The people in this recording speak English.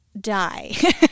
die